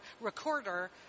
recorder